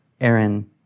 Aaron